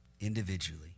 individually